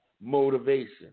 motivation